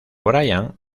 brian